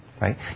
Right